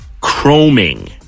Chroming